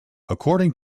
according